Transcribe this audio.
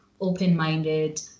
open-minded